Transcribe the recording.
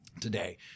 today